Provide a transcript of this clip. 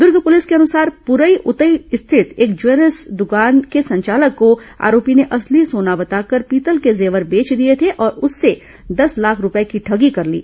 Durg police के अनुसार पूरई उतई स्थित एक ज्वेलर्स द्वकान के संचालक को आरोपी ने असली सोना बताकर पीतल के जेवर बेच दिए थे और उससे दस लाख रूपये की ठगी कर ली